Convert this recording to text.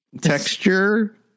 texture